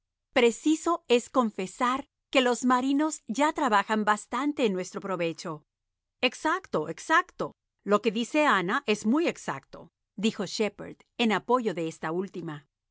preciso es confesar que los marinos ya trabajan bastante en nuestro provecho exacto exacto lo que dice ana es muy exactodijo shepherd en apoyo d e esta última